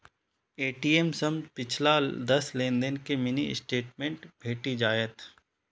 ATM सं पिछला दस लेनदेन के मिनी स्टेटमेंट भेटि जायत